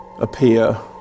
appear